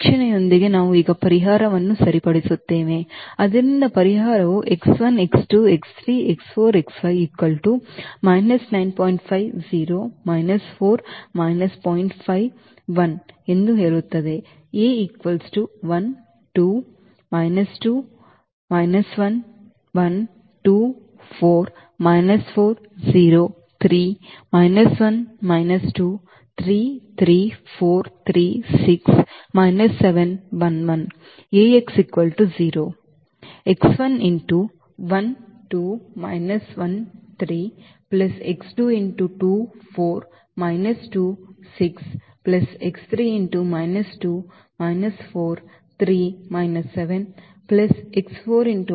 ಆದ್ದರಿಂದ ಇಲ್ಲಿ ಮತ್ತೆ ಈ ವೀಕ್ಷಣೆಯೊಂದಿಗೆ ನಾವು ಈಗ ಪರಿಹಾರವನ್ನು ಸರಿಪಡಿಸುತ್ತೇವೆ